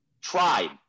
Tried